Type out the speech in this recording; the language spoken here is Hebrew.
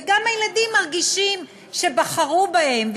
וגם הילדים מרגישים שבחרו בהם,